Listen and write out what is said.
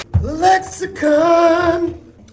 Lexicon